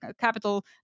capital